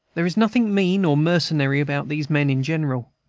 there is nothing mean or mercenary about these men in general.